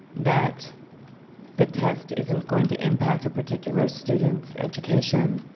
that the test isn't going to impact particular students education.